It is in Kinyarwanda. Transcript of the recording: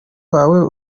wawe